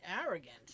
arrogant